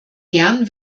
gern